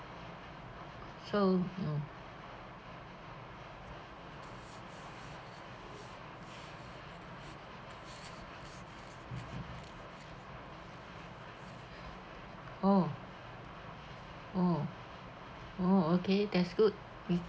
so you know oh oh oh okay that's good it